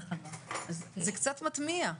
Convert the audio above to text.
זה קצת מתמיה.